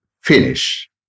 finish